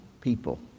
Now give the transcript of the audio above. people